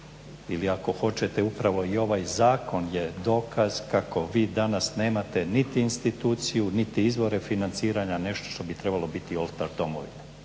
ili ako hoćete upravo i ovaj zakon je dokaz kako vi danas nemate niti instituciju, niti izvore financiranja, nešto što bi trebalo biti oltar domovine.